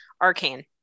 Arcane